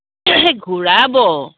ঘূৰাব